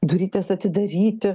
durytes atidaryti